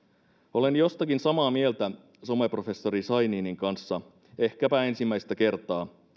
olen jostakin samaa mieltä someprofessori scheininin kanssa ehkäpä ensimmäistä kertaa